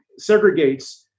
segregates